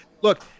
look